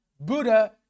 Buddha